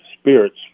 spirits